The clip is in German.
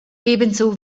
ebenso